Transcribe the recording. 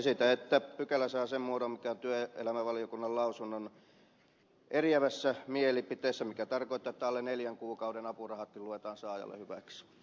esitän että pykälä saa sen muodon mikä on työelämä ja tasa arvovaliokunnan lausuntoon liitetyssä eriävässä mielipiteessä mikä tarkoittaa että alle neljän kuukauden apurahatkin luetaan saajalle hyväksi